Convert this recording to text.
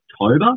October